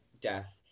death